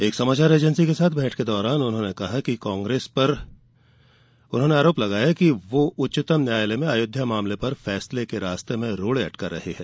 एक समाचार एजेंसी के साथ भेंट के दौरान उन्होंने कांग्रेस पर आरोप लगाया कि वह उच्चतम न्यायालय में अयोध्या मामले पर फैसले के रास्ते में रोड़े अटका रही है